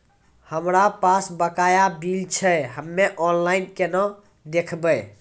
हमरा पास बकाया बिल छै हम्मे ऑनलाइन केना देखबै?